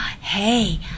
Hey